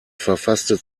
verfasste